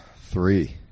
Three